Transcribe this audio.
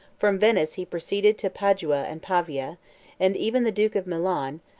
from venice he proceeded to padua and pavia and even the duke of milan,